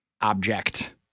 object